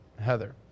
Heather